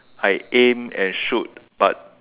I aim and shot but